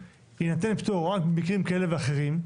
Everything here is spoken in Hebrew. ינתן פטור או רק במקרים כאלו ואחרים,